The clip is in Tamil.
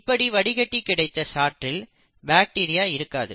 இப்படி வடிகட்டி கிடைத்த சாற்றில் பாக்டீரியா இருக்காது